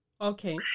Okay